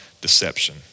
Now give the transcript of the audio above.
deception